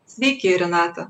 sveiki renata